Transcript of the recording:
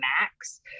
max